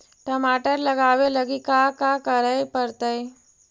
टमाटर लगावे लगी का का करये पड़तै?